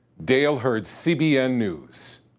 dale hurd, cbn news.